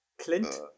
Clint